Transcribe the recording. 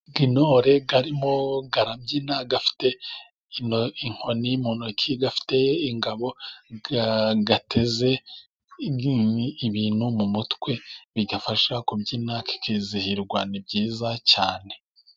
Intore irimo irabyina ifite inkoni mu ntoki, ifite ingabo, iteze ibintu mu mutwe biyifasha kubyina, ikizihirwa ni byiza cyane.